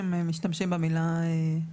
רצינו להשאיר את זה בסמכותו הבלעדית של שר הפנים.